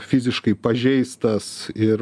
fiziškai pažeistas ir